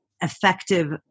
effective